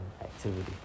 activity